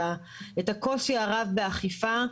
את הקושי הרב באכיפה,